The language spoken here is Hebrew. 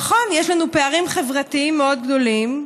נכון, יש לנו פערים חברתיים מאוד גדולים.